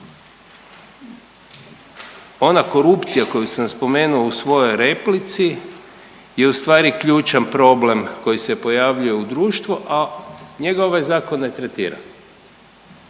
ona korupcija koju sam spomenuo u svojoj replici je ustvari ključan problem koji se pojavljuje u društvu, a njegove zakone tretira.